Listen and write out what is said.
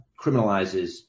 criminalizes